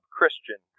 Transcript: Christian